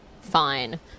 fine